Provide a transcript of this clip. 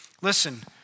Listen